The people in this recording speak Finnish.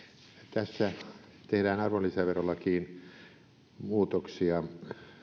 tässä tehdään arvonlisäverolakiin muutoksia